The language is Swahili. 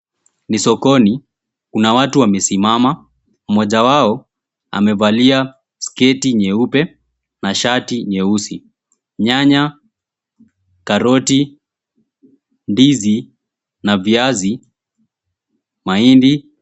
Ni sokoni. Kuna watu wamesimama, mmoja wao amevalia sketi nyeupe na shati nyeusi. Nyanya, karoti, ndizi na viazi na mahindi.